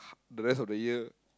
the rest of the year